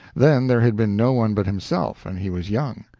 then there had been no one but himself, and he was young.